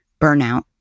burnout